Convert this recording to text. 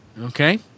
Okay